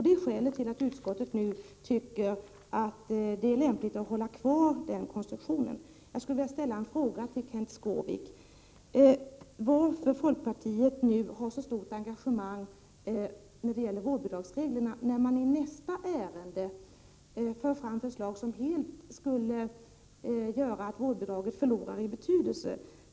Det är skälet till att utskottet tycker att det är lämpligt att hålla kvar den konstruktionen. Jag skulle vilja ställa en fråga till Kenth Skårvik: Varför visar folkpartiet nu så stort engagemang när det gäller vårdbidragsreglerna, när man i nästa ärende på dagordningen för fram förslag som skulle göra att vårdbidraget helt förlorade sin betydelse?